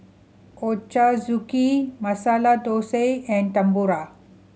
Ochazuke Masala Dosa and Tempura